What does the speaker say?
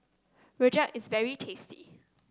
Rojak is very tasty